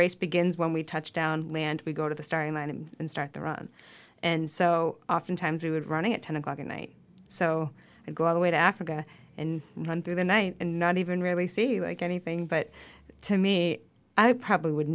race begins when we touchdown land we go to the starting line and start the run and so oftentimes we would running at ten o'clock at night so i go all the way to africa and run through the night and not even really see you again anything but to me i probably would